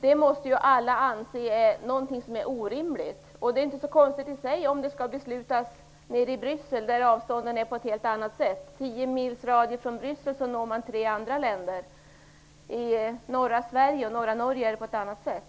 Det måste alla anse vara något som är orimligt. Det är inte så konstigt i sig om det skall beslutas nere i Bryssel, där avstånden är helt andra. Inom tio mils radie från Bryssel når man tre andra länder. I norra Sverige och i norra Norge är det på ett annat sätt.